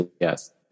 Yes